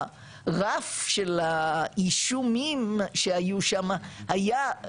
שהרף של האישומים שהיו שמה היה,